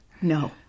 No